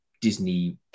Disney